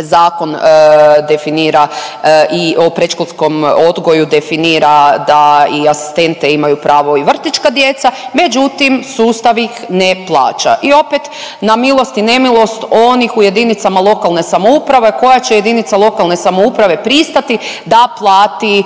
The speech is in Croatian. zakon definira i o predškolskom odgoju definira da asistente imaju pravo i vrtićka djeca, međutim sustav ih ne plaća. I opet na milost i nemilost onih u jedinicama lokalne samouprave koja će jedinica lokalne samouprave pristati da plati